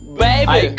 baby